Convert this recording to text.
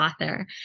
author